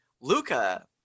Luca